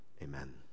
Amen